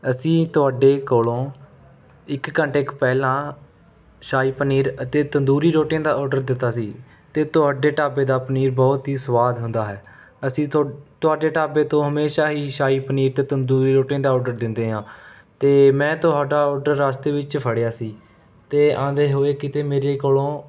ਅਸੀਂ ਤੁਹਾਡੇ ਕੋਲੋਂ ਇੱਕ ਘੰਟੇ ਕੁ ਪਹਿਲਾਂ ਸ਼ਾਹੀ ਪਨੀਰ ਅਤੇ ਤੰਦੂਰੀ ਰੋਟੀਆਂ ਦਾ ਆਰਡਰ ਦਿੱਤਾ ਸੀ ਅਤੇ ਤੁਹਾਡੇ ਢਾਬੇ ਦਾ ਪਨੀਰ ਬਹੁਤ ਹੀ ਸਵਾਦ ਹੁੰਦਾ ਹੈ ਅਸੀਂ ਤੁ ਤੁਹਾਡੇ ਢਾਬੇ ਤੋਂ ਹਮੇਸ਼ਾਂ ਹੀ ਸ਼ਾਹੀ ਪਨੀਰ ਅਤੇ ਤੰਦੂਰੀ ਰੋਟੀਆਂ ਦਾ ਆਰਡਰ ਦਿੰਦੇ ਹਾਂ ਅਤੇ ਮੈ ਤੁਹਾਡਾ ਆਰਡਰ ਰਸਤੇ ਵਿੱਚ ਫੜ੍ਹਿਆ ਸੀ ਅਤੇ ਆਉਂਦੇ ਹੋਏ ਕਿਤੇ ਮੇਰੇ ਕੋਲੋਂ